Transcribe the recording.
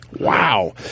Wow